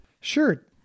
Sure